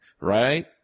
right